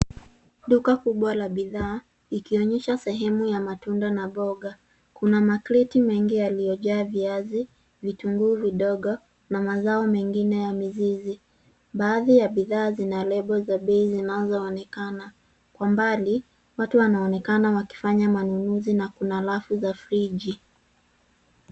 Duka kubwa la bidhaa ikionyesha sehemu ya matunda na mboga. Kuna makreti mengi yaliyojaa: viazi, vitungu vidogo na mazao mengine ya mizizi. Baadhi ya bidhaa zina lebo za bei zinazoonekana. Kwa mbali watu wanaonekana wakifanya manunuzi na kuna rafu za friji.